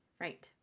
right